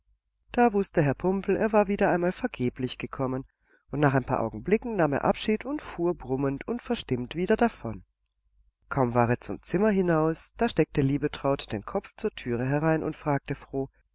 da wußte herr pumpel er war wieder einmal vergeblich gekommen und nach ein paar augenblicken nahm er abschied und fuhr brummend und verstimmt wieder davon kaum war er zum zimmer hinaus da steckte liebetraut den kopf zur türe herein und fragte froh